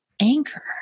anchor